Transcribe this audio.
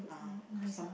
uh some